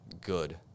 good